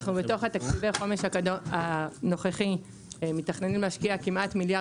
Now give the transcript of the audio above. בתוך תקציב החומש הנוכחי אנחנו מתכננים להשקיע כמעט מיליארד